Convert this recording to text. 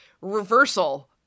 reversal